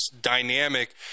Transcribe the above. dynamic